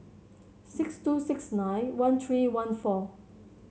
six two six nine one three one four